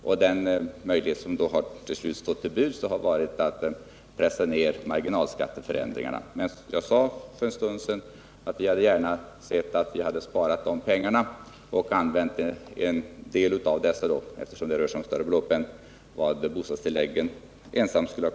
Den möjlighet som då till slut har stått till buds har varit att pressa ned marginalskatteförändringarna. Men som jag sade för en stund sedan hade vi gärna sett att man hade sparat de pengarna och använt en del av dem till bostadsbidragsändringar.